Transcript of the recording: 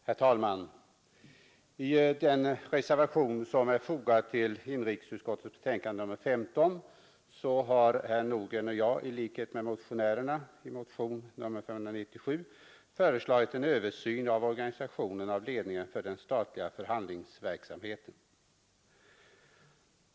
Herr talman! I den reservation som är fogad till inrikesutskottets betänkande nr 15 har herr Nordgren och jag i likhet med motionärerna i motionen 1387 föreslagit en översyn av organisationen av ledningen för den statliga förhandlingsverksamheten.